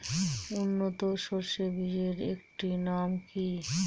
উন্নত সরষে বীজের একটি নাম কি?